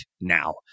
now